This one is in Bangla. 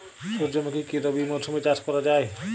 সুর্যমুখী কি রবি মরশুমে চাষ করা যায়?